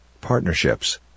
partnerships